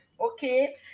okay